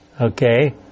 Okay